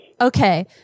Okay